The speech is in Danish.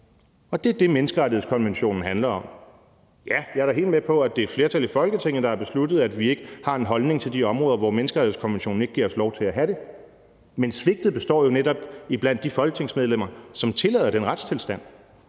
og det er det, menneskerettighedskonventionen handler om. Ja, jeg er da helt med på, at det er et flertal i Folketinget, der har besluttet, at vi ikke har en holdning til de områder, hvor menneskerettighedskonventionen ikke giver os lov til at have det, men svigtet ligger jo netop hos de folketingsmedlemmer, som tillader den retstilstand,